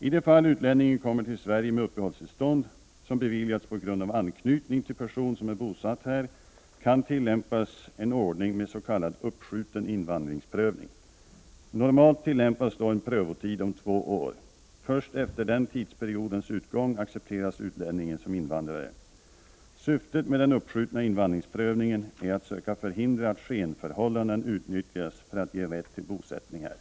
I de fall utlänningen kommer till Sverige med uppehållstillstånd som beviljats på grund av anknytning till person som är bosatt här kan tillämpas en ordning med s.k. uppskjuten invandringsprövning. Normalt tillämpas då en prövotid om två år. Först efter den tidsperiodens utgång accepteras utlänningen som invandrare. Syftet med den uppskjutna invandringsprövningen är att söka förhindra att skenförhållanden utnyttjas för att ge rätt till bosättning här.